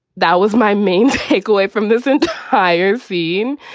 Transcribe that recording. that was my main takeaway from this entire scene.